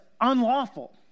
unlawful